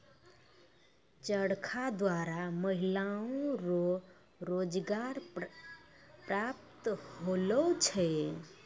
चरखा द्वारा महिलाओ रो रोजगार प्रप्त होलौ छलै